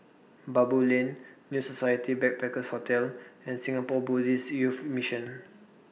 Baboo Lane New Society Backpackers' Hotel and Singapore Buddhist Youth Mission